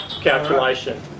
calculation